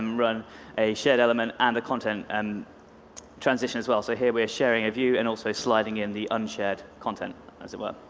um run a shared element and content and transition as well. so here we are sharing a view and also sliding in the unshared content as it were.